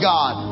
God